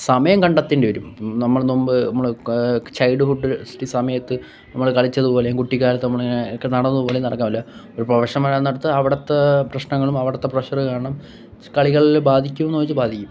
സമയം കണ്ടത്തേണ്ടി വരും നമ്മള് മുൻപ് നമ്മള് ചൈൽഡ് ഹുഡ് സമയത്ത് നമ്മള് കളിച്ചത് പോലേയും കുട്ടിക്കാലത്ത് നമ്മള് ഇങ്ങനെ ഒക്കെ നടന്നത് പോലെയും നടക്കാൻ പറ്റില്ല ഒരു പ്രഫഷൻ വരാൻ നേരത്ത് അവിടുത്തെ പ്രശ്നങ്ങളും അവിടുത്തെ പ്രഷറ് കാരണം കളികളില് ബാധിക്കുമൊന്നു ചോദിച്ചാൽ ബാധിക്കും